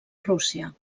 rússia